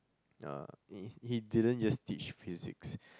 uh he he didn't just teach physics